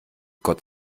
gott